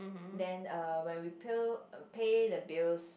then uh when we pill pay the bills